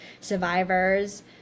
survivors